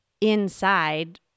inside